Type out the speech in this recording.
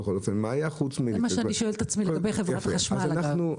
זה מה שאני שואלת את עצמי לגבי חברת חשמל אגב.